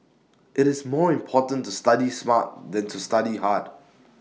IT is more important to study smart than to study hard